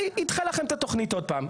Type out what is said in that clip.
וידחה לכם את התוכנית עוד פעם.